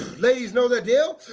ladies know the deal